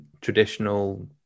traditional